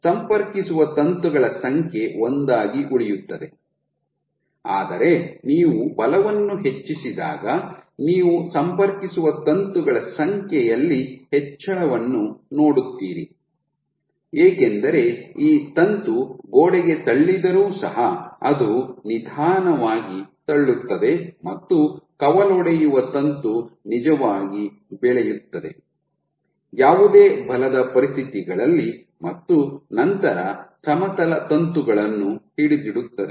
ಸಂಪರ್ಕಿಸುವ ತಂತುಗಳ ಸಂಖ್ಯೆ ಒಂದಾಗಿ ಉಳಿಯುತ್ತದೆ ಆದರೆ ನೀವು ಬಲವನ್ನು ಹೆಚ್ಚಿಸಿದಾಗ ನೀವು ಸಂಪರ್ಕಿಸುವ ತಂತುಗಳ ಸಂಖ್ಯೆಯಲ್ಲಿ ಹೆಚ್ಚಳವನ್ನು ನೋಡುತ್ತೀರಿ ಏಕೆಂದರೆ ಈ ತಂತು ಗೋಡೆಗೆ ತಳ್ಳಿದರೂ ಸಹ ಅದು ನಿಧಾನವಾಗಿ ತಳ್ಳುತ್ತದೆ ಮತ್ತು ಕವಲೊಡೆಯುವ ತಂತು ನಿಜವಾಗಿ ಬೆಳೆಯುತ್ತದೆ ಯಾವುದೇ ಬಲದ ಪರಿಸ್ಥಿತಿಗಳಲ್ಲಿ ಮತ್ತು ನಂತರ ಸಮತಲ ತಂತುಗಳನ್ನು ಹಿಡಿದಿಡುತ್ತದೆ